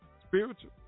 spiritual